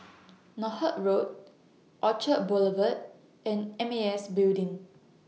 Northolt Road Orchard Boulevard and M A S Building